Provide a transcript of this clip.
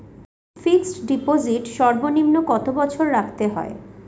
Fixed deposit সর্বনিম্ন কত বছর রাখতে হয়?